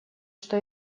что